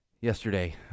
yesterday